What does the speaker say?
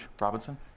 Robinson